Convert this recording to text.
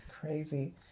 crazy